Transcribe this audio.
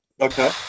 Okay